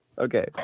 Okay